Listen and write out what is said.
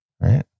Right